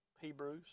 Hebrews